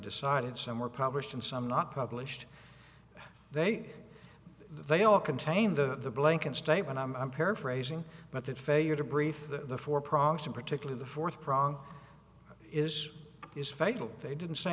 decided some were published and some not published they they all contained the blanket statement i'm paraphrasing but that failure to brief the for profit in particular the fourth prong is is vital they didn't say